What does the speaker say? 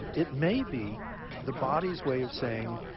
it may be the body's way of saying,